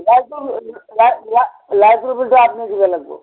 লা লা লাইটৰ বিলটো আপুনি দিব লাগিব